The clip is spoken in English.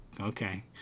okay